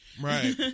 Right